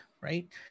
right